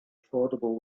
affordable